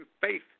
faith